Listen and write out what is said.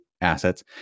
assets